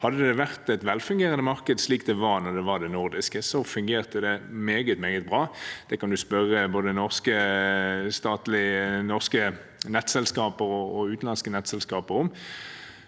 Hadde det enda vært et velfungerende marked, slik det var når det var det nordiske, for da fungerte det meget, meget bra. Det kan man spørre både norske og utenlandske nettselskaper om.